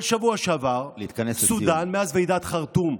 אבל בשבוע שעבר, סודאן, מאז ועידת חרטום,